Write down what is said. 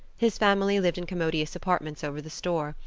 his family lived in commodious apartments over the store,